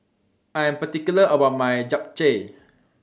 I Am particular about My Japchae